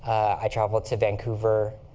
i traveled to vancouver.